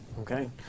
Okay